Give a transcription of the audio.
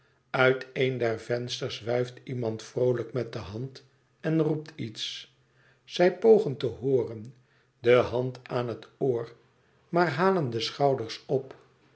uit een der vensters wuift iemand vroolijk met de hand en roept iets zij pogen te hooren de hand aan het oor maar halen de schouders op